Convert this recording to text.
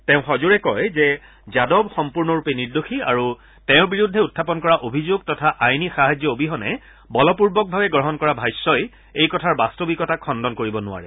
তেওঁ সজোৰে কয় যে যাদৱ সম্পূৰ্ণৰূপে নিৰ্দোষী আৰু তেওঁৰ বিৰুদ্ধে উখাপন কৰা অভিযোগ তথা আইনী সাহায্য অবিহনে বলপূৰ্বকভাবে গ্ৰহণ কৰা ভাষ্যই এই কথাৰ বাস্তৱায়িকতা খণ্ডন কৰিব নোৱাৰে